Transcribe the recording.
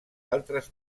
altres